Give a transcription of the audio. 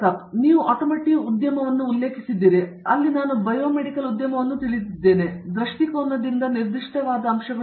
ಪ್ರತಾಪ್ ಹರಿಡೋಸ್ ಹೌದು ನೀವು ಆಟೋಮೋಟಿವ್ ಉದ್ಯಮದಂತೆಯೇ ಉಲ್ಲೇಖಿಸಿದ್ದೀರಿ ಮತ್ತು ಅಲ್ಲಿ ನಾನು ಬಯೋಮೆಡಿಕಲ್ ಉದ್ಯಮವನ್ನು ತಿಳಿದಿದ್ದೇನೆಂದರೆ ಅವರ ದೃಷ್ಟಿಕೋನದಿಂದ ನಿರ್ದಿಷ್ಟವಾದವುಗಳು